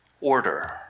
order